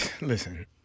Listen